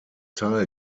teil